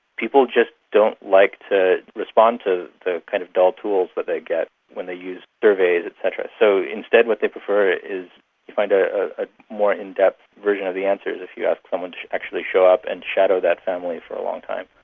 people just don't like to respond to the kind of dull tools that they get when they use surveys et cetera, so instead what they prefer is to find ah a more in-depth version of the answers if you ask someone to actually show up and shadow that family for a long time.